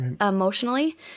emotionally